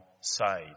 side